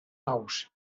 nous